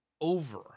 over